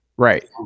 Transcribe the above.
Right